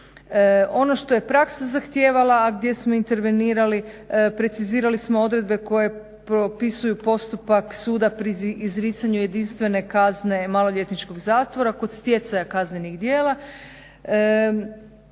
Ono što je praska zahtijevala a gdje smo intervenirali precizirali smo odredbe koje propisuju postupak suda pri izricanju jedinstvene kazne maloljetničkog zatvora kod stjecaja kaznenih djela.